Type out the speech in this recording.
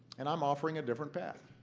and i'm offering a different path.